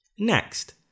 Next